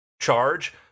charge